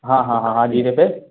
हाँ हाँ हाँ हाँ जिने पर